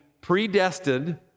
predestined